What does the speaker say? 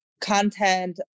content